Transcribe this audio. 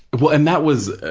well, and that was,